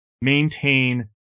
maintain